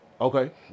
Okay